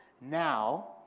now